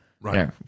Right